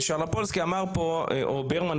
שרנופולסקי או ברמן,